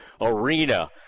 arena